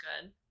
good